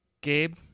Gabe